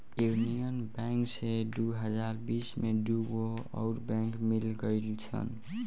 union bank से दू हज़ार बिस में दूगो अउर बैंक मिल गईल सन